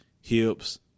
hips